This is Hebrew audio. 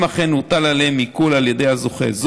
אם אכן הוטל עליהם עיקול על ידי הזוכה,